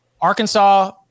Arkansas